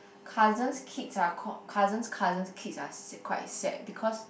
cousin's kids are called cousin's cousin's kids are quite sad because